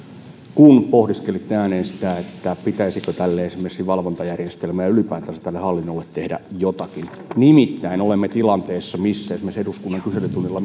kun pohdiskelitte ääneen sitä pitäisikö esimerkiksi tälle valvontajärjestelmälle ja ylipäätänsä tälle hallinnolle tehdä jotakin nimittäin olemme tilanteessa missä esimerkiksi eduskunnan kyselytunnilla